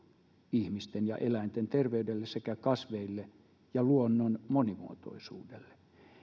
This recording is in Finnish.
ihmisten ja eläinten terveydelle sekä kasveille ja luonnon monimuotoisuudelle